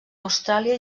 austràlia